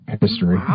history